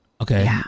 Okay